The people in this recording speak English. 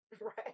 right